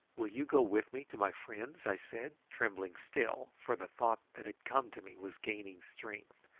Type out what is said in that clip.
will you go with me to my friends? i said, trembling still, for the thought that had come to me was gaining strength.